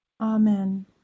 Amen